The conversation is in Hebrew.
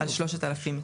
על 3,000 מטרים: